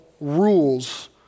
rules